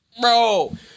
Bro